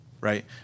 right